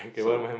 so